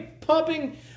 pumping